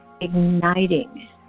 igniting